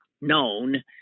known